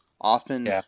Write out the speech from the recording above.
often